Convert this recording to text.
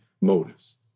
motives